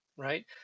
right